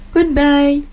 Goodbye